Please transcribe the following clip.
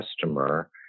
customer